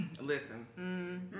Listen